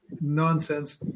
nonsense